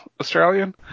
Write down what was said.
Australian